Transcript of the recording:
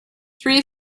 three